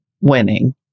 Winning